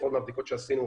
מהבדיקות שעשינו,